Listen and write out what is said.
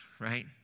right